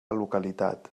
localitat